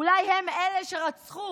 אולי הם אלה שרצחו